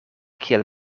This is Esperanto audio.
kiel